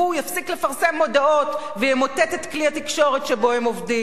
הוא יפסיק לפרסם מודעות וימוטט את כלי התקשורת שבו הם עובדים.